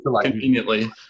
Conveniently